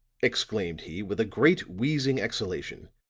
exclaimed he with a great wheezing exhalation.